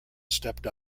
stepped